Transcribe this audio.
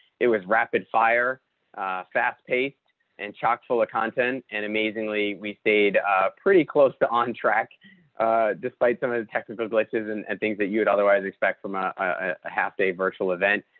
it was rapid fire fast paced and chock full of content and amazingly we stayed pretty close to on track despite some of the technical glitches and and things that you would otherwise expect from a ah half day virtual event.